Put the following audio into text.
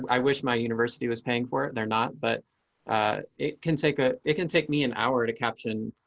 i wish my university was paying for it. they're not. but it can take a it can take me an hour to caption,